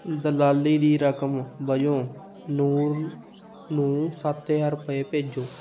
ਦਲਾਲੀ ਦੀ ਰਕਮ ਵਜੋਂ ਨੂਰ ਨੂੰ ਸੱਤ ਹਜ਼ਾਰ ਰੁਪਏ ਭੇਜੋ